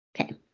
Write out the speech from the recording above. Okay